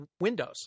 Windows